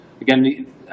again